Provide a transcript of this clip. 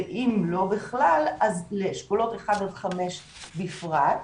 ואם לא בכלל אז לאשכולות 5-1 בפרט,